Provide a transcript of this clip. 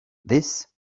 this